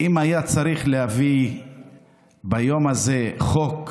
אם היה צריך להביא ביום הזה חוק,